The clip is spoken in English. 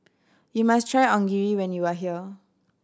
you must try Onigiri when you are here